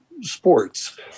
sports